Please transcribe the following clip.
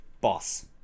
boss